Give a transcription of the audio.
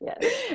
Yes